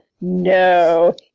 No